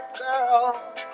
girl